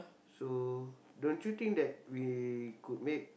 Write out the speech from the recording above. so don't you think that we could make